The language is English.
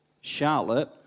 Charlotte